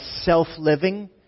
self-living